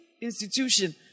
institution